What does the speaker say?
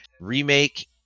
Remake